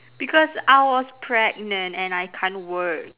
because I was pregnant and I can't work